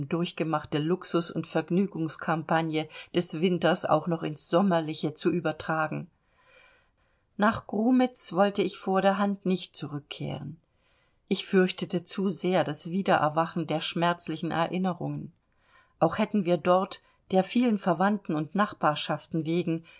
durchgemachte luxus und vergnügungscampagne des winters auch noch ins sommerliche zu übertragen nach grumitz wollte ich vor der hand nicht zurückkehren ich fürchtete zu sehr das wiedererwachen der schmerzlichen erinnerungen auch hätten wir dort der vielen verwandten und nachbarschaften wegen